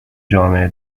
جامعه